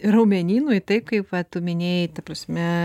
raumenynui tai kaip va tu minėjai ta prasme